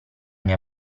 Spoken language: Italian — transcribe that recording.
mia